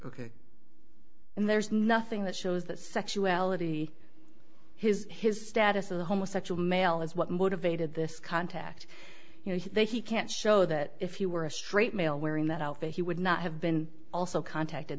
and there's nothing that shows that sexuality his his status of the homosexual male is what motivated this contact you know that he can't show that if you were a straight male wearing that outfit he would not have been also contacted